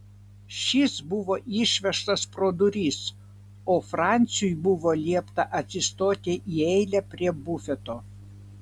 šis buvo išvežtas pro duris o franciui buvo liepta atsistoti į eilę prie bufeto